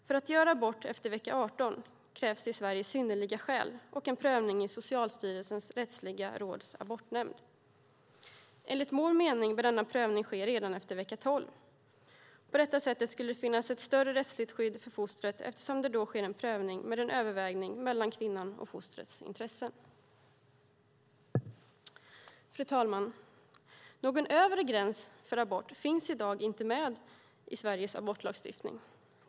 För att få göra abort efter vecka 18 krävs det i Sverige synnerliga skäl och en prövning i Socialstyrelsens rättsliga råds abortnämnd. Enligt vår mening bör denna prövning ske redan efter vecka 12. På detta sätt skulle det finnas ett större rättsligt skydd för fostret, eftersom det då sker en prövning med en övervägning mellan kvinnans och fostrets intressen. Fru talman! Någon övre gräns för abort finns i dag inte med i Sveriges abortlagstiftning.